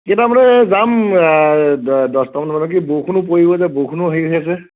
কেইটাত মানে যাম দহটা মান বজাত বৰষুণো পৰিব যে বৰষুণো হেৰি হৈ আছে